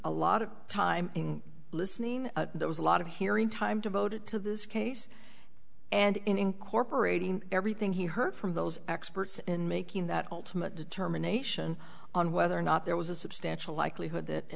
a lot of time listening there was a lot of hearing time devoted to this case and incorporating everything he heard from those experts and making that ultimate determination on whether or not there was a substantial likelihood that